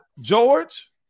George